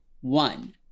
one